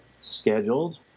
scheduled